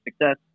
success